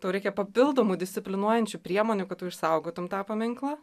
tau reikia papildomų disciplinuojančių priemonių kad tu išsaugotum tą paminklą